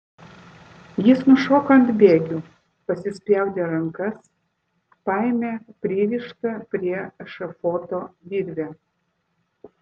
jis nušoko ant bėgių pasispjaudė rankas paėmė pririštą prie ešafoto virvę